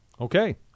Okay